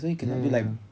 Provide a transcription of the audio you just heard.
ya ya ya